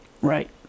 Right